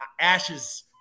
ashes